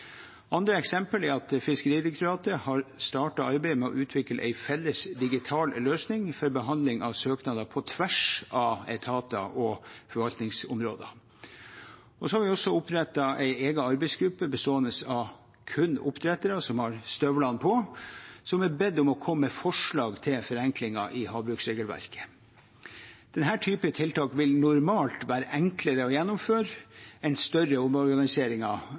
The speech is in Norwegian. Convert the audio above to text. Andre eksempler er at Fiskeridirektoratet har startet arbeidet med å utvikle en felles digital løsning for behandling av søknader på tvers av etater og forvaltningsområder. Vi har også opprettet en egen arbeidsgruppe bestående av kun oppdrettere – som har støvlene på – som er bedt om å komme med forslag til forenklinger i havbruksregelverket. Denne typen tiltak vil normalt være enklere å gjennomføre enn større